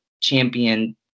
champion